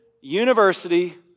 university